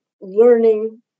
learning